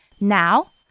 Now